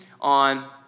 on